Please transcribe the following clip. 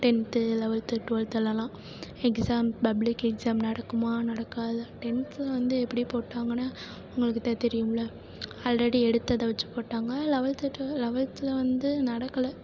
tenth eleventh டுவெல்த்துலலாம் exam public exam நடக்குமா நடக்காதா டென்த்து வந்து எப்படி போட்டாங்கன்னால் உங்களுக்கு தான் தெரியுமில்ல ஆல்ரெடி எடுத்ததை வச்சி போட்டாங்க லெவல்த்து டுவெ லெவல்த்தில் வந்து நடக்கலை